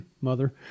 mother